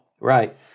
Right